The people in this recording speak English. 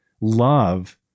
love